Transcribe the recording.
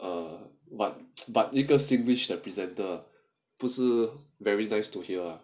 err but but 一个 singlish the presenter 不是 very nice to hear lah